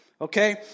Okay